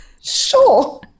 sure